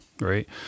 Right